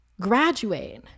graduate